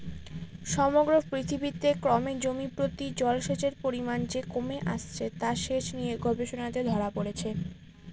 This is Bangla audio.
সমগ্র পৃথিবীতে ক্রমে জমিপ্রতি জলসেচের পরিমান যে কমে আসছে তা সেচ নিয়ে গবেষণাতে ধরা পড়েছে